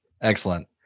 excellent